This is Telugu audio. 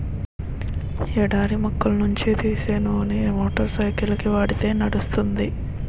ఎడారి మొక్కల నుంచి తీసే నూనె మోటార్ సైకిల్కి వాడితే నడుస్తుంది